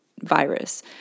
virus